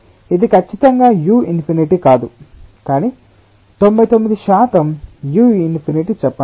ఇది ఖచ్చితంగా u infinity కాదు కానీ 99 శాతం u∞ చెప్పండి